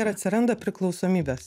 ir atsiranda priklausomybės